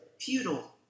futile